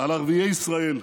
על ערביי ישראל.